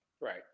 Right